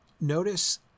Notice